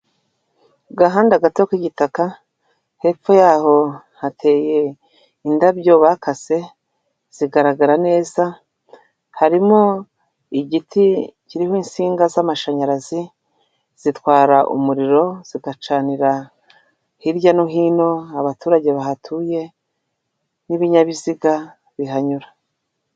Agahanda gato k'igitaka, hepfo yaho hateye indabyo bakase zigaragara neza, harimo igiti kirimo insinga z'amashanyarazi, zitwara umuriro zigacanira hirya no hino abaturage bahatuye n'ibinyabiziga bihanyura.